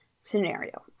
scenario